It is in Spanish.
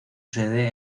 sede